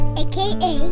aka